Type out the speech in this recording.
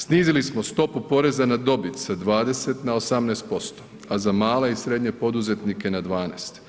Snizili smo stopu poreza na dobit sa 20 na 18%, a za male i srednje poduzetnike na 12%